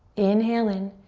inhale in.